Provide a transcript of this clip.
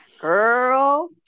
girl